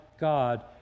God